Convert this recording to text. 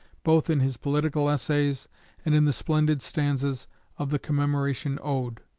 both in his political essays and in the splendid stanzas of the commemoration ode